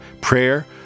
prayer